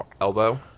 elbow